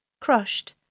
crushed